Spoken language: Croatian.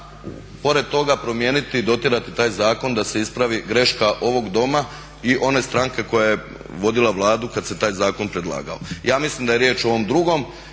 pored toga promijeniti i dotjerati taj zakon da se ispravi greška ovog Doma i one stranke koja je vodila Vladu kad se taj zakon predlagao. Ja mislim da je riječ o ovom drugom